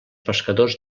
pescadors